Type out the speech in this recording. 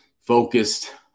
focused